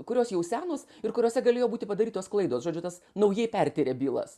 kurios jau senos ir kuriose galėjo būti padarytos klaidos žodžiu tas naujai perskiria bylas